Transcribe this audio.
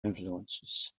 influences